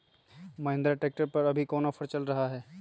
Mahindra tractor पर अभी कोन ऑफर चल रहा है?